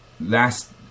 last